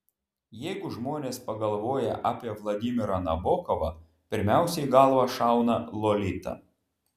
jeigu žmonės pagalvoja apie vladimirą nabokovą pirmiausia į galvą šauna lolita